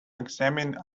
examine